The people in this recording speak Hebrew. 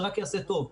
זה יעשה רק טוב.